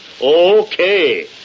Okay